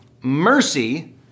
Mercy